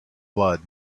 blood